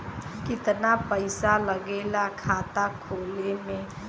कितना पैसा लागेला खाता खोले में?